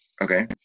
Okay